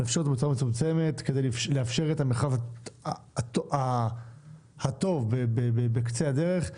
לאפשר אותו בצורה מצומצמת כדי לאפשר את המרחב הטוב בקצה הדרך,